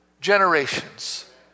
generations